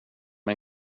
med